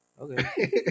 Okay